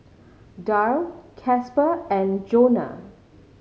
Darl Casper and Johnna